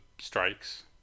strikes